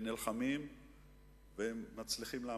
נלחמים ומצליחים לעמוד.